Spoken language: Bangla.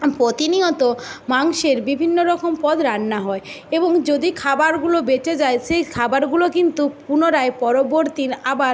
প্রতিনিয়ত মাংসের বিভিন্ন রকম পদ রান্না হয় এবং যদি খাবারগুলো বেঁচে যায় সেই খাবারগুলো কিন্তু পুনরায় পরবর্তী আবার